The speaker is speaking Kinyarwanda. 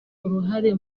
uruhare